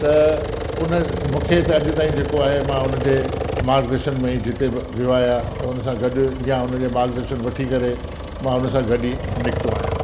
त उन मूंखे त अॼु ताईं जेको आहे मां उन जे मार्गदर्शन में ई जिते बि वियो आहियां त उन सां गॾु या उन जे मार्गदर्शन वठी करे मां उन सां गॾु ई निकितो आहियां